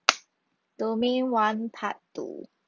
domain one part two